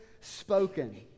spoken